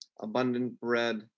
AbundantBread